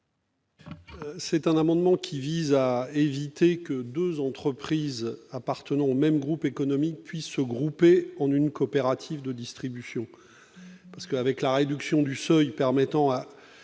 Cet amendement vise à éviter que deux entreprises appartenant au même groupe économique ne puissent se regrouper en une coopérative de distribution. En effet, la réduction du seuil permettant de